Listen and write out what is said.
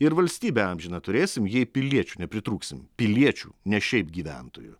ir valstybę amžiną turėsim jei piliečių nepritrūksim piliečių ne šiaip gyventojų